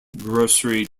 grocery